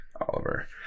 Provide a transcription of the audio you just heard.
oliver